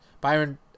Byron